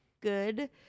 good